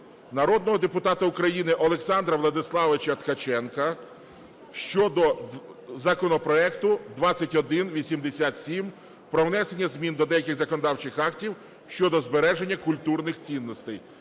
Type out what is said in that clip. народного депутата України Олександра Владиславовича Ткаченка щодо законопроекту 2187 про внесення змін до деяких законодавчих актів (щодо збереження культурних цінностей).